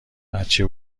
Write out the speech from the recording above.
بچه